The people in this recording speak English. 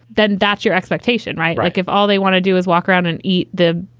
then that's your expectation, right? like if all they want to do is walk around and eat the,